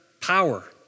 Power